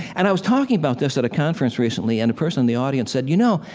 and i was talking about this at a conference recently, and a person in the audience said, you know,